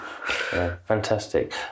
Fantastic